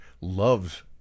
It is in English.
loves